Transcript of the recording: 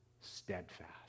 steadfast